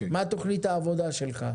מה תוכנית העבודה שלך?